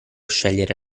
scegliere